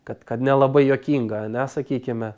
kad kad nelabai juokinga ane sakykime